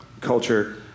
culture